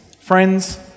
Friends